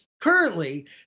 Currently